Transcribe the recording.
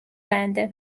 بنده